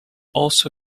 also